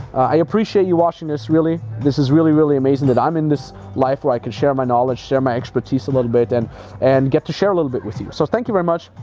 i appreciate you watching this really, this is really really amazing that i'm in this life where i can share my knowledge, share my expertise a little bit and and get to share a little bit with you. so thank you very much,